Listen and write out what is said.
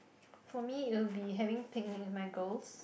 for me it'll be having picnic with my girls